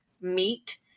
meat